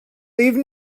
leave